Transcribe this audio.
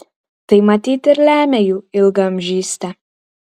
tai matyt ir lemia jų ilgaamžystę